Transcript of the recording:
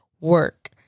work